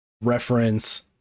reference